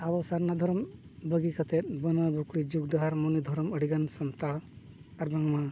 ᱟᱵᱚ ᱥᱟᱨᱱᱟ ᱫᱷᱚᱨᱚᱢ ᱵᱟᱹᱜᱤ ᱠᱟᱛᱮ ᱵᱟᱹᱱᱣᱟᱹ ᱵᱩᱠᱲᱤ ᱡᱩᱜᱽ ᱫᱚ ᱦᱟᱨᱢᱚᱱᱤ ᱫᱷᱚᱨᱚᱢ ᱟᱹᱰᱤ ᱜᱟᱱ ᱥᱟᱱᱛᱟᱲ ᱟᱨ ᱵᱟᱝᱢᱟ